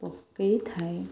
ପକେଇଥାଏ